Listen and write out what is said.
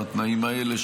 בתנאים האלה,